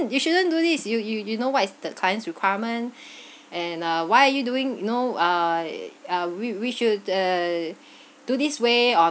you shouldn't do this you you you know what is the client's requirement and uh why are you doing you know uh uh we we should uh do this way or